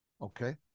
okay